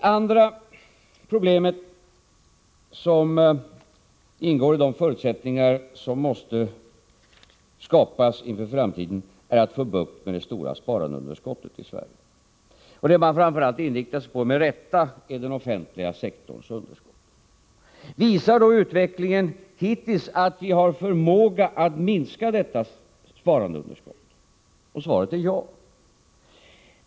Det andra problemet som ingår i de förutsättningar som måste skapas inför framtiden är att få bukt med det stora sparandeunderskottet i Sverige. Det man framför allt inriktar sig på, med rätta, är den offentliga sektorns underskott. Visar då utvecklingen hittills att vi har förmåga att minska detta sparandeunderskott? Svaret är ja.